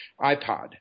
iPod